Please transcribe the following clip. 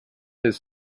his